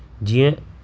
जीअं